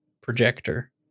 projector